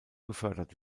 gefördert